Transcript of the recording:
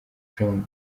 jong